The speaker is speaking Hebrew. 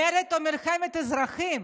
מרד או מלחמת אזרחים,